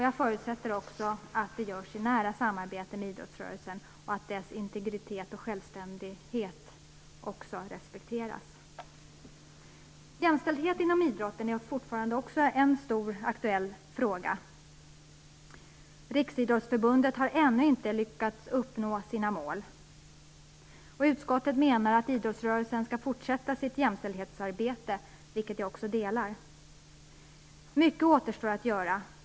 Jag förutsätter också att den görs i nära samarbete med idrottsrörelsen och att dess integritet och självständighet också respekteras. Jämställdhet inom idrotten är fortfarande en stor och aktuell fråga. Riksidrottsförbundet har ännu inte lyckats uppnå sina mål. Utskottet menar att idrottsrörelsen skall fortsätta sitt jämställdhetsarbete, vilket jag också tycker. Mycket återstår att göra.